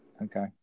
Okay